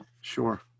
Sure